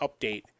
update